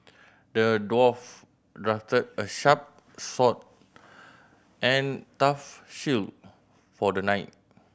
the dwarf crafted a sharp sword and tough shield for the knight